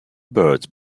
birds